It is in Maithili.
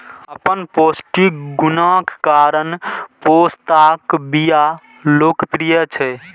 अपन पौष्टिक गुणक कारण पोस्ताक बिया लोकप्रिय छै